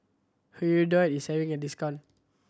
Hirudoid is having a discount